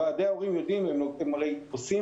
ועדי ההורים יודעים כי הם הרי עושים